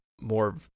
more